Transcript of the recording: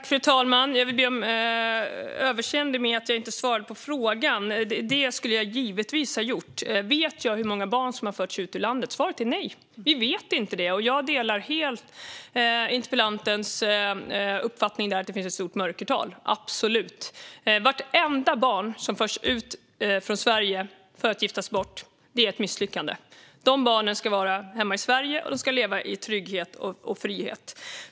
Fru talman! Jag vill be om överseende med att jag inte svarade på frågan. Det skulle jag givetvis ha gjort. Vet jag hur många barn som har förts ut ur landet? Svaret är nej. Vi vet inte det. Jag delar helt interpellantens uppfattning att det finns ett stort mörkertal - absolut. Vartenda barn som förs ut från Sverige för att giftas bort är ett misslyckande. De här barnen ska vara hemma i Sverige, och de ska leva i trygghet och frihet.